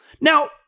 Now